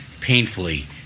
painfully